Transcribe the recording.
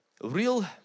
Real